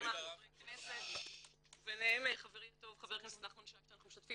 לכמה חברי כנסת ביניהם חברי הטוב חבר הכנסת נחמן שי שאנחנו משתפים